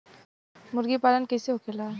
मुर्गी पालन कैसे होखेला?